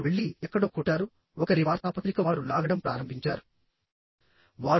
వారు వెళ్లి ఎక్కడో కొట్టారు ఒకరి వార్తాపత్రిక వారు లాగడం ప్రారంభించారు